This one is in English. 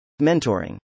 Mentoring